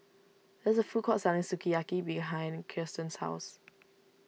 there is a food court selling Sukiyaki behind Kiersten's house